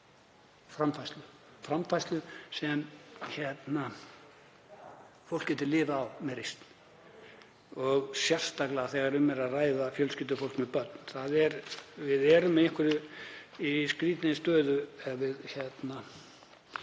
framfærslu sem fólk getur lifað á með reisn og sérstaklega þegar um er að ræða fjölskyldufólk með börn. Við erum í skrýtinni stöðu